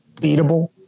beatable